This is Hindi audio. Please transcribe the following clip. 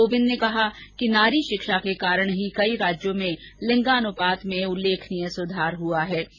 श्री कोविंद ने कहा कि नारी शिक्षा के कारण ही कई राज्यों में लिंगानुपात में उल्लेखनीय सुधार हुआ है